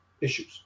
issues